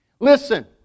Listen